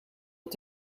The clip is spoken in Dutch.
het